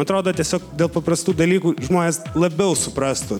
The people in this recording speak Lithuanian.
atrodo tiesiog dėl paprastų dalykų žmonės labiau suprastų